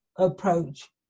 approach